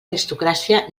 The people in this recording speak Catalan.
aristocràcia